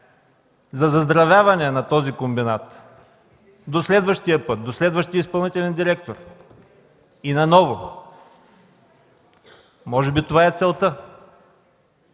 за заздравяване на този комбинат до следващия път, до следващия изпълнителен директор и наново. Може би това е целта